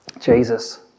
Jesus